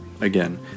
Again